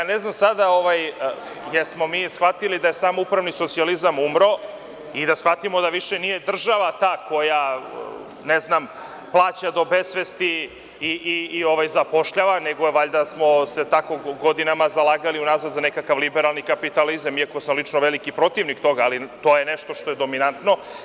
Ne znam, jesmo li mi shvatili da je samoupravni socijalizam umro i da shvatimo da više nije država ta koja plaća do besvesti i zapošljava, nego smo se valjda godinama unazad zalagali za nekakav liberalni kapitalizam, iako sam lično veliki protivnik toga, ali to je nešto je dominantno.